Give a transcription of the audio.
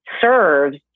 serves